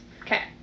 Okay